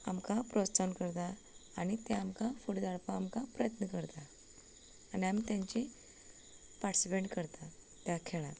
आमकां प्रोत्साहन करता आनी ते आमकां फुडें धाडपा आमकां प्रयत्न करता आनी आमी तांची पार्टिसिपेट करता त्या खिणा